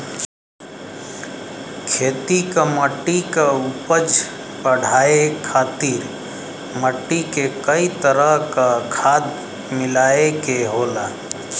खेती क मट्टी क उपज बढ़ाये खातिर मट्टी में कई तरह क खाद मिलाये के होला